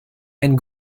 and